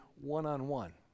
one-on-one